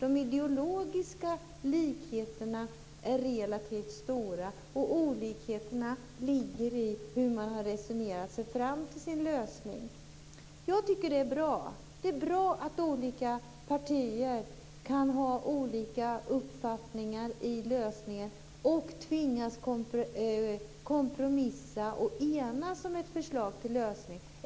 De ideologiska likheterna är relativt stora och olikheterna ligger i hur man har resonerat sig fram till sin lösning. Jag tycker att det är bra att olika partier kan ha olika uppfattningar om lösningar och tvingas kompromissa och enas om ett förslag till lösning.